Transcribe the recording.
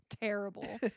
terrible